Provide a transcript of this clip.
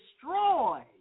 destroyed